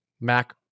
Mac